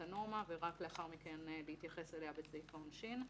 הנורמה ורק לאחר מכן להתייחס אליה בסעיף העונשין.